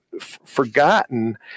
forgotten